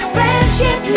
Friendship